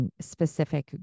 Specific